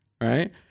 right